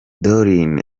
doreen